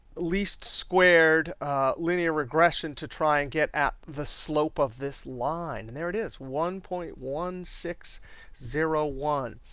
least squared linear regression to try and get at the slope of this line. and there it is, one point one six zero one.